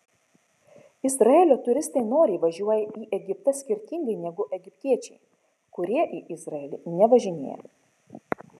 izraelio turistai noriai važiuoja į egiptą skirtingai negu egiptiečiai kurie į izraelį nevažinėja